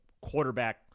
quarterback